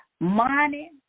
money